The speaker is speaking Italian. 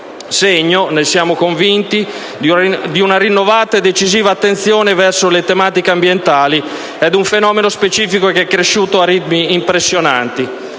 questo - ne siamo convinti - di una rinnovata e decisiva attenzione verso le tematiche ambientali e ad un fenomeno specifico che è cresciuto a ritmi impressionanti.